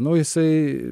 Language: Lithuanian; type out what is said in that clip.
nu jisai